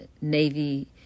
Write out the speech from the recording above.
Navy